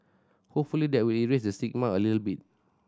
hopefully that will erase the stigma a little bit